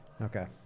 Okay